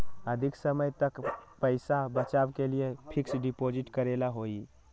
अधिक समय तक पईसा बचाव के लिए फिक्स डिपॉजिट करेला होयई?